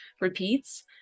repeats